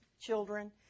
children